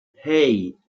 hey